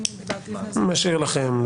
אני משאיר לכם,